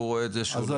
והוא רואה את זה שונה.